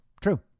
true